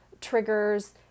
triggers